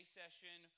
session